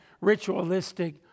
ritualistic